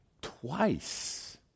twice